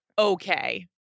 Okay